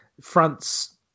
France